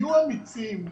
תהיו אמיצים.